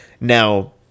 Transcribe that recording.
now